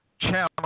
Channel